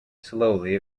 slowly